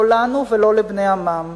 לא לנו ולא לבני עמם.